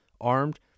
armed